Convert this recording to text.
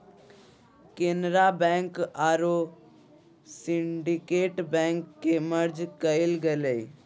Canara bank आरो Syndicate bank के merge कइल गेलय